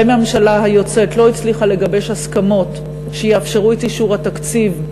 הממשלה היוצאת לא הצליחה לגבש הסכמות שיאפשרו את אישור התקציב,